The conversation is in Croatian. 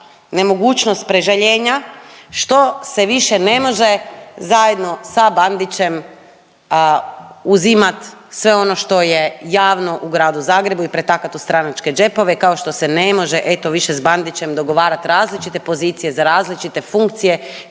nemogućnost prežaljenja što se više ne može zajedno sa Bandićem uzimat sve ono što je javno u gradu Zagrebu i pretakat u stranačke džepove, kao što se ne može eto više s Bandićem dogovarat različite pozicije za različite funkcije